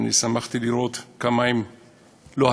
ושמחתי לראות כמה הם לוהטים